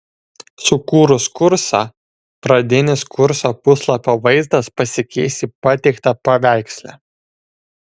sukūrus kursą pradinis kurso puslapio vaizdas pasikeis į pateiktą paveiksle